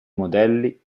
modelli